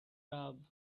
rub